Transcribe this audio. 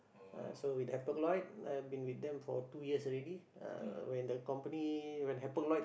ah so with Hapag-Lloyd I've been with them for two years already uh when the company when Hapag-Lloyd